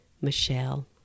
Michelle